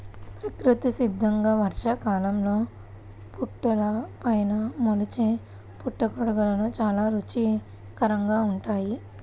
ప్రకృతి సిద్ధంగా వర్షాకాలంలో పుట్టలపైన మొలిచే పుట్టగొడుగులు చాలా రుచికరంగా ఉంటాయి